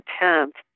attempt